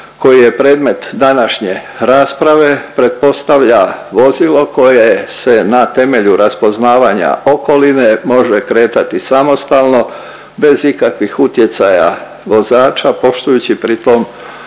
koji je predmet današnje rasprave pretpostavlja vozilo koje se na temelju raspoznavanja okoline može kretati samostalno bez ikakvih utjecaja vozača poštujući pritom